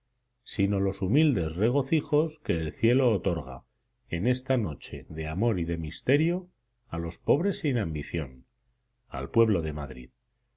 sino los humildes regocijos que el cielo otorga en esta noche de amor y de misterio a los pobres sin ambición al pueblo de madrid